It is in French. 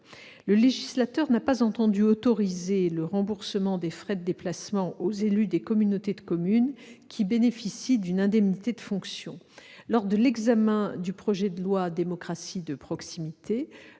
Le législateur n'a pas entendu autoriser le remboursement des frais de déplacement aux élus des communautés de communes qui bénéficient d'une indemnité de fonction. Lors de l'examen du projet de loi relatif à la démocratie de proximité,